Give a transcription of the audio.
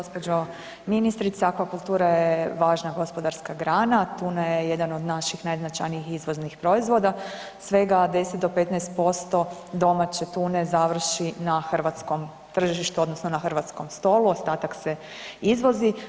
Gospođo ministrice akvakultura je važna gospodarska grana, tuna je jedan od naših najznačajnijih izvoznih proizvoda, svega 10 do 15% domaće tune završi na hrvatskom tržištu odnosno na hrvatskom stolu, ostatak se izvozi.